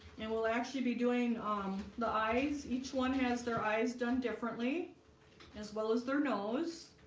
and we'll actually be doing um, the eyes each one has their eyes done differently as well as their nose